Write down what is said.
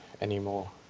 anymore